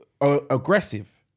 aggressive